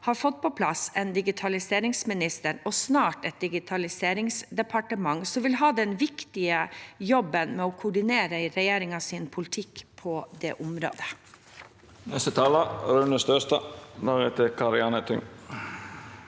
har fått på plass en digitaliseringsminister, og snart et digitaliseringsdepartement, som vil ha den viktige jobben med å koordinere regjeringens politikk på området.